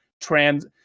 trans